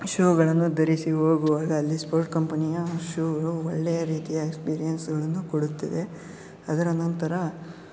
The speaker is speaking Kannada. ಶೂಗಳನ್ನು ಧರಿಸಿ ಹೋಗುವಾಗ ಅಲ್ಲಿ ಸ್ಪೋರ್ಟ್ ಕಂಪನಿಯ ಶೂವು ಒಳ್ಳೆಯ ರೀತಿಯ ಎಕ್ಸ್ಪೀರಿಯೆನ್ಸ್ಗಳನ್ನು ಕೊಡುತ್ತದೆ ಅದರ ನಂತರ